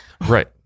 Right